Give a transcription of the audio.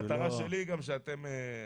ראש הממשלה אביר קארה: המטרה שלי גם שאתם פה,